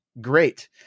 great